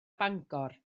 bangor